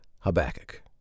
Habakkuk